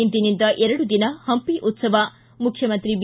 ಇಂದಿನಿಂದ ಎರಡು ದಿನ ಹಂಪಿ ಉತ್ಸವ ಮುಖ್ಯಮಂತ್ರಿ ಬಿ